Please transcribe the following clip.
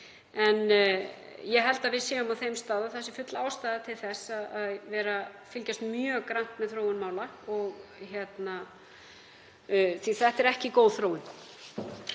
en ég held að við séum á þeim stað að full ástæða sé til þess að fylgjast mjög grannt með þróun mála af því að þetta er ekki góð þróun.